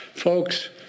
Folks